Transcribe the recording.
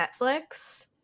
Netflix